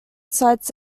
sites